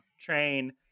train